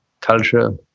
culture